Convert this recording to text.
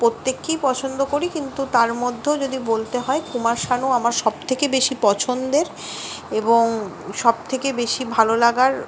প্রত্যেককেই পছন্দ করি কিন্তু তার মধ্যেও যদি বলতে হয় কুমার শানু আমার সব থেকে বেশি পছন্দের এবং সব থেকে বেশি ভালো লাগার